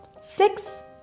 six